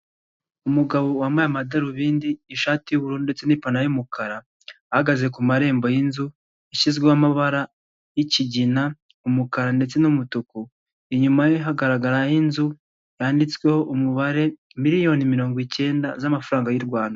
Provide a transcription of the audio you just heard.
Umugabo wambaye amadarubindi, ishati y'ubururu ndetse n'ipantaro y'umukara, ahagaze ku marembo yinzu yashyizweho amabara y'ikigina, umukara, ndetse n'umutuku, inyuma ye hagaragaraho inzu yanditsweho umubare miliyoni mirongo icyenda z'amafaranga y'u Rwanda.